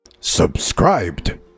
Subscribed